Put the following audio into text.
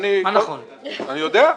אני יודע.